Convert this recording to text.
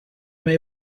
may